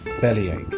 bellyache